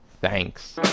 Thanks